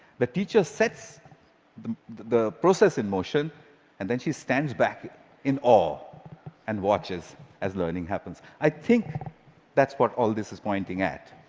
the teacher sets the the process in motion and then she stands back in awe and watches as learning happens. i think that's what all this is pointing at.